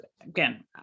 again